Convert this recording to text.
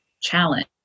challenge